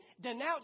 denounce